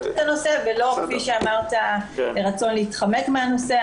הנושא ולא כפי שאמרת רצון להתחמק מהנושא.